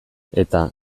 eta